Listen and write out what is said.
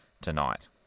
tonight